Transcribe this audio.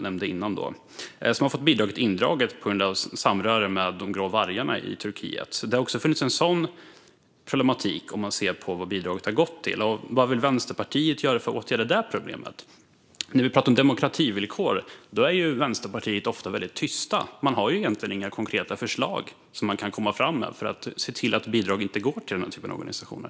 Förbundet har fått bidraget indraget på grund av samröre med Grå vargarna i Turkiet. Det har också funnits sådana problem, om man tittar på vad bidraget har gått till. Vad vill Vänsterpartiet göra för att åtgärda det problemet? När man talar om demokrativillkor är Vänsterpartiet ofta tyst. Man har egentligen inga konkreta förslag för att se till att bidrag inte går till den typen av organisationer.